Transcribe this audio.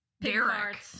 Derek